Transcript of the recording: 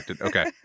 Okay